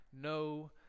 no